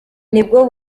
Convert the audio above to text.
nibwo